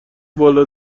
بالا